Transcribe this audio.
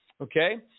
okay